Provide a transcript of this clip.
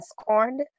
scorned